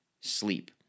sleep